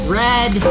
red